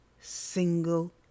single